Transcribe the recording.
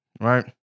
right